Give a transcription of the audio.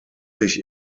sich